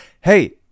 hey